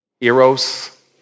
eros